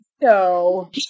No